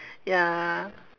ya